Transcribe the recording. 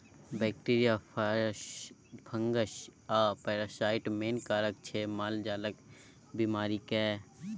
bacteria, virus, fungus आ parasite main कारक छै मालजालक बेमारीक